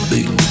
Big